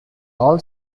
all